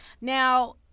Now